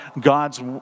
God's